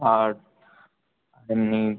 আর হুম